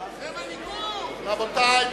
רבותי,